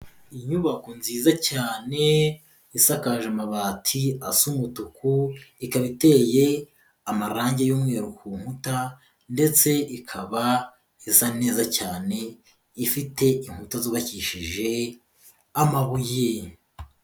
Inyubako nziza cyane, isakaje amabati asa umutuku. ikaba iteye amarangi y'umweru ku nkuta, ndetse ikaba isa neza cyane, ifite inkuta zubabakishije amabuye.